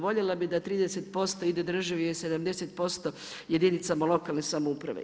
Voljela bih da 30% ide državi, a 70% jedinicama lokalne samouprave.